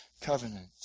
covenant